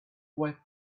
were